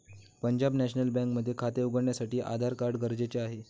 Punjab National Bank मध्ये खाते उघडण्यासाठी आधार कार्ड गरजेचे आहे